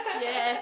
yes